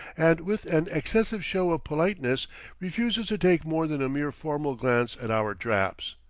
and with an excessive show of politeness refuses to take more than a mere formal glance at our traps.